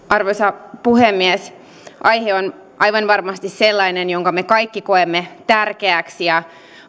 arvoisa puhemies aihe on aivan varmasti sellainen jonka me kaikki koemme tärkeäksi ja